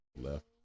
left